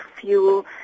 fuel